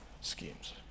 schemes